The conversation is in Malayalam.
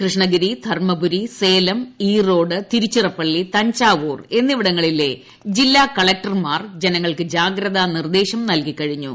കൃഷ്ണഗിരി ധർമ്മപുരി സേലം ഈർോഡ് തിരുച്ചിറപ്പള്ളി തഞ്ചാവൂർ എന്നിവിടങ്ങളിലെ ജില്ലാ കളക്ടർമാർ ജനങ്ങൾക്ക് ജാഗ്രത നിർദ്ദേശം നൽകി കഴിഞ്ഞു